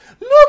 look